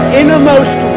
innermost